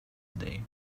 day